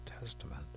Testament